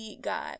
God